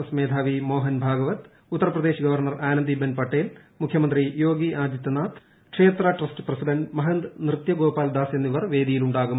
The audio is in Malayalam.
എസ് മേധാവി മോഹൻ ഭഗവത് ഉത്തർപ്രദേശ് ഗവർണർ ആനന്ദിബെൻ പട്ടേൽ മുഖ്യമന്ത്രി യോഗി ആദിത്യനാഥ് ക്ഷേത്ര ട്രസ്റ്റ് പ്രസിഡന്റ് മഹന്ത് നൃത്യഗോപാൽദാസ് എന്നിവർ വേദിയിലുണ്ടാവും